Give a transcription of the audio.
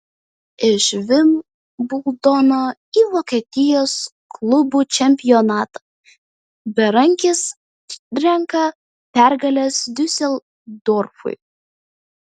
iš vimbldono į vokietijos klubų čempionatą berankis renka pergales diuseldorfui